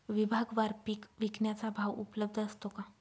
विभागवार पीक विकण्याचा भाव उपलब्ध असतो का?